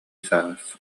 саас